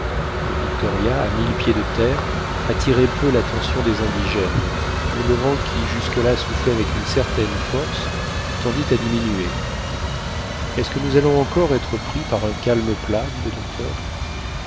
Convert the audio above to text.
le victoria à mille pieds de terre attirait peu l'attention des indigènes mais le vent qui jusque-là soufflait avec une certaine force tendit à diminuer est-ce que nous allons encore être pris par un calme plat dit le docteur